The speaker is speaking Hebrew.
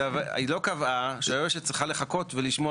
היא לא קבעה שהיועצת צריכה לחכות ולשמוע